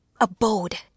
abode